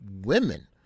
women